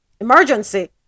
emergency